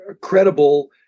credible